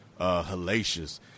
hellacious